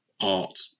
art